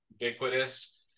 ubiquitous